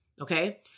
Okay